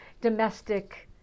domestic